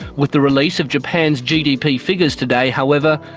with the release of japan's gdp figures today, however,